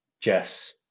Jess